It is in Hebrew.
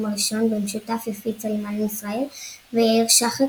הראשון במשותף יפית סלימן מישראל ויאיר שחק